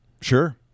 Sure